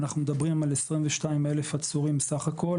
אנחנו מדברים על 22,000 עצורים בסך הכול,